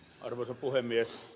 arvoisa puhemies